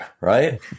right